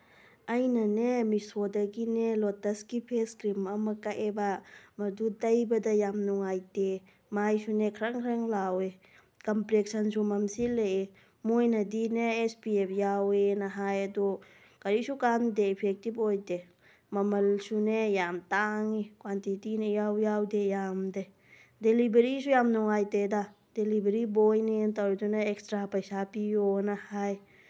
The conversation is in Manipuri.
ꯑꯩꯅꯅꯦ ꯃꯤꯁꯣꯗꯒꯤꯅꯦ ꯂꯣꯇꯁꯀꯤ ꯐꯦꯁ ꯀ꯭ꯔꯤꯝ ꯑꯃ ꯀꯛꯑꯦꯕ ꯃꯗꯨ ꯇꯩꯕꯗ ꯌꯥꯝ ꯅꯨꯡꯉꯥꯏꯇꯦ ꯃꯥꯏꯁꯨꯅꯦ ꯈ꯭ꯔꯪ ꯈ꯭ꯔꯪ ꯂꯥꯎꯏ ꯀꯝꯄ꯭ꯂꯦꯛꯁꯟꯁꯨ ꯃꯝꯁꯤꯜꯂꯛꯑꯦ ꯃꯣꯏꯅꯗꯤꯅꯦ ꯑꯦꯁ ꯄꯤ ꯑꯦꯐ ꯌꯥꯎꯋꯦꯅ ꯍꯥꯏ ꯑꯗꯣ ꯀꯔꯤꯁꯨ ꯀꯥꯟꯗꯦ ꯏꯐꯦꯛꯇꯤꯞ ꯑꯣꯏꯗꯦ ꯃꯃꯜꯁꯨꯅꯦ ꯌꯥꯝ ꯇꯥꯡꯏ ꯀ꯭ꯋꯥꯟꯇꯤꯇꯤꯅ ꯏꯌꯥꯎ ꯌꯥꯎꯗꯦ ꯌꯥꯝꯗꯦ ꯗꯦꯂꯤꯚꯔꯤꯁꯨ ꯌꯥꯝ ꯅꯨꯡꯉꯥꯏꯇꯦꯗ ꯗꯦꯂꯤꯚꯔꯤ ꯕꯣꯏꯅꯦꯅ ꯇꯧꯔꯤꯗꯨꯅ ꯑꯦꯛꯁꯇ꯭ꯔꯥ ꯄꯩꯁꯥ ꯄꯤꯌꯣꯅ ꯍꯥꯏ